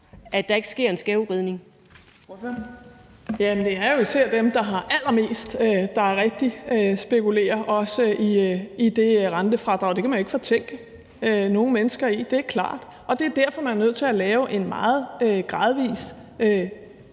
Sofie Carsten Nielsen (RV): Det er jo især dem, der har allermest, der rigtig spekulerer i det rentefradrag, og det kan man ikke fortænke nogen mennesker i, det er klart. Det er derfor, man er nødt til at lave en meget gradvis